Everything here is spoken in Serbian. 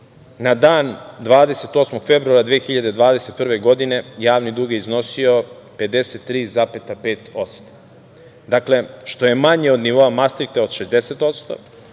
na dan 28. februara 2021. godine javni dug je iznosio 53,5%. Dakle, što je manje od nivoa Mastrihta od 60%,